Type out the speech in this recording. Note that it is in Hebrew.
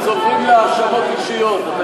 אז עוברים להאשמות אישיות.